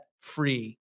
free